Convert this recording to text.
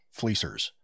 fleecers